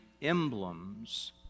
emblems